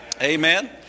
Amen